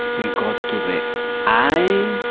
we go to the eye,